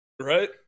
Right